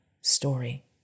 story